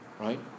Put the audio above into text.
right